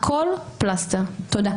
תודה.